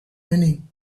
whinnying